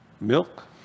Milk